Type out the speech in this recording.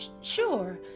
sure